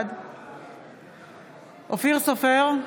בעד אופיר סופר,